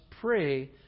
pray